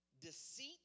deceit